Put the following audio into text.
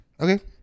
Okay